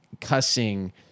cussing